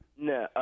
No